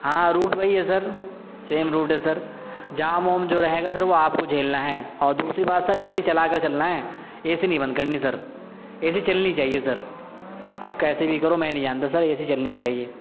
ہاں روٹ وہی ہے سر سیم روٹ ہے سر جام ووم جو رہے گا سر وہ آپ کو جھیلنا ہے اور دوسری بات سر اے سی چلا کر چلنا ہے اے سی نہیں بند کرنی سر اے سی چلنی چاہیے سر اب کیسے بھی کرو میں نہیں جانتا سر اے سی چلنی چاہیے